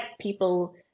people